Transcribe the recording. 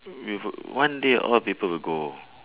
we would one day all people will go